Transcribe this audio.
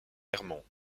herman